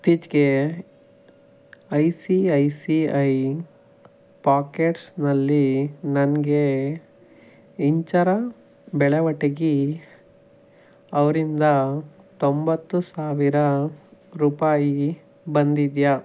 ಇತ್ತೀಚೆಗೆ I C I C I ಪಾಕೆಟ್ಸ್ನಲ್ಲಿ ನನಗೆ ಇಂಚರ ಬೆಳವಟಗಿ ಅವರಿಂದ ತೊಂಬತ್ತು ಸಾವಿರ ರೂಪಾಯಿ ಬಂದಿದೆಯಾ